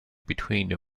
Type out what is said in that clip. between